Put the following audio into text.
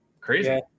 Crazy